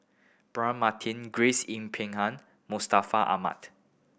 Braema Mathi Grace Yin Peck Ha Mustaq Ahmad